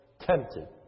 tempted